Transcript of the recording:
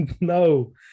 no